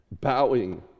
bowing